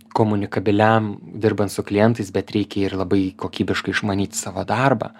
komunikabiliam dirbant su klientais bet reikia ir labai kokybiškai išmanyti savo darbą